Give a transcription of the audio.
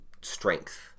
strength